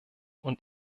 und